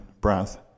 breath